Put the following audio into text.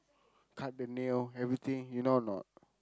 cut the nail everything you know or not